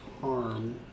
harm